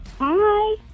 Hi